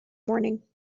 morning